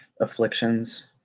afflictions